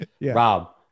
Rob